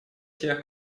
тех